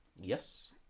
Yes